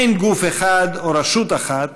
אין גוף אחד או רשות אחת